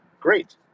great